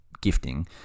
gifting